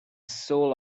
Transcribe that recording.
soul